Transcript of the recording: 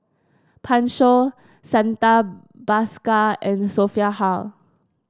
Pan Shou Santha Bhaskar and Sophia Hull